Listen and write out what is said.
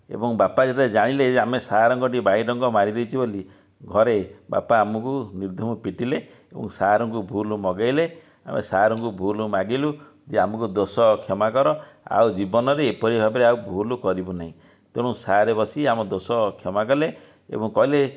ଏବଂ ବାପା ଯେବେ ଯାଇଁଲେ ଯେ ଆମେ ସାରଙ୍କଠି ବାଇଡ଼ଙ୍କ ମାରିଦେଇଛୁ ବୋଲି ଘରେ ବାପା ଆମକୁ ନିର୍ଧୁମ ପିଟିଲେ ଏବଂ ସାରଙ୍କୁ ଭୁଲ ମଗେଇଲେ ଆମେ ସାରଙ୍କୁ ଭୁଲ ମାଗିଲୁ ଯେ ଆମକୁ ଦୋଷ କ୍ଷମା କର ଆଉ ଜୀବନରେ ଏପରି ଭାବରେ ଆଉ ଭୁଲ କରିବୁ ନାହିଁ ତେଣୁ ସାର ବସି ଆମ ଦୋଷ କ୍ଷମା କଲେ ଏବଂ କହିଲେ